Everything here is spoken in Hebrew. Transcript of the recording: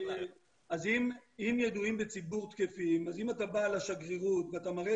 אם ידועים בציבור תקפים אז אם אתה בא לשגרירות ואתה מראה